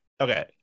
Okay